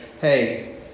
hey